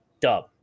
Dub